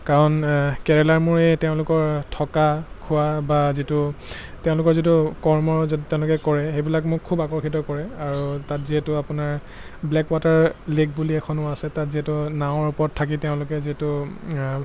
কাৰণ কেৰেলাৰ মোৰ এই তেওঁলোকৰ থকা খোৱা বা যিটো তেওঁলোকৰ যিটো কৰ্মৰ যিটো তেওঁলোকে কৰে সেইবিলাক মোক খুব আকৰ্ষিত কৰে আৰু তাত যিহেতু আপোনাৰ ব্লেক ৱাটাৰ লেক বুলি এখনো আছে তাত যিহেতু নাৱৰ ওপৰত থাকি তেওঁলোকে যিহেতু